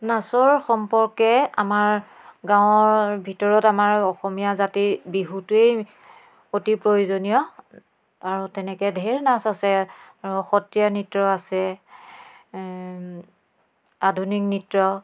নাচৰ সম্পৰ্কে আমাৰ গাঁৱৰ ভিতৰত আমাৰ অসমীয়া জাতিৰ বিহুটোৱেই অতি প্ৰয়োজনীয় আৰু তেনেকৈ ঢেৰ নাচ আছে সত্ৰীয়া নৃত্য আছে আধুনিক নৃত্য